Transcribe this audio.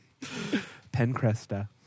pencresta